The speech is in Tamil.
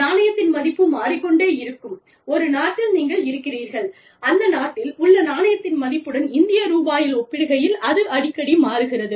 நாணயத்தின் மதிப்பு மாறிக்கொண்டே இருக்கும் ஒரு நாட்டில் நீங்கள் இருக்கிறீர்கள் அந்த நாட்டில் உள்ள நாணயத்தின் மதிப்புடன் இந்திய ரூபாயை ஒப்பிடுகையில் அது அடிக்கடி மாறுகிறது